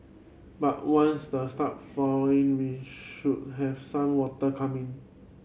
but once the start flowering we should have some water coming in